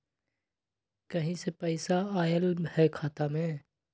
कहीं से पैसा आएल हैं खाता में?